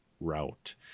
route